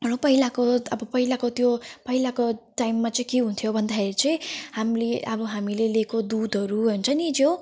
र पहिलाको अब पहिलाको त्यो पहिलाको टाइममा चाहिँ के हुन्थ्यो भन्दाखेरि चाहिँ हामीले अब हामीले लिएको दुधहरू हुन्छ नि जो